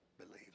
believe